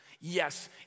Yes